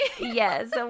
Yes